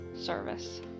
service